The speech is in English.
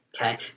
okay